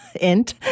int